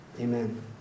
Amen